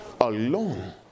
alone